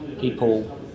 people